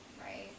Right